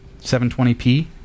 720p